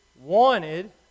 wanted